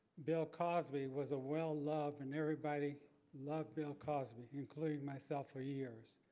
bill cosby was a well loved and everybody loved bill cosby, including myself for years.